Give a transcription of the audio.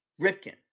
Ripken